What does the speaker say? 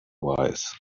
wise